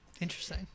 interesting